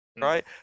right